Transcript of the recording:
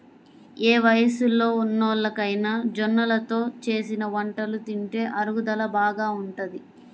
ఏ వయస్సులో ఉన్నోల్లకైనా జొన్నలతో చేసిన వంటలు తింటే అరుగుదల బాగా ఉంటది